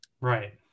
Right